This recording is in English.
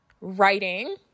writing